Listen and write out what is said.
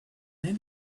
then